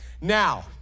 Now